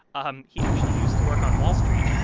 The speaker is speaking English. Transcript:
um he actually used to work on wall street